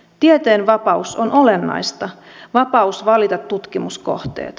tieteen vapaus on olennaista vapaus valita tutkimuskohteet